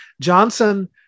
Johnson